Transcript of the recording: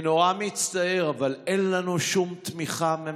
אני נורא מצטער, אבל אין לנו שום תמיכה ממשלתית,